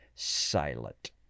Silent